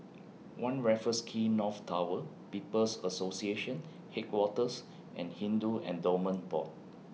one Raffles Quay North Tower People's Association Headquarters and Hindu Endowments Board